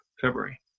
February